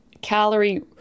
Calorie